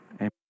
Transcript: Amen